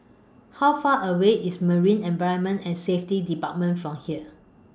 How Far away IS Marine Environment and Safety department from here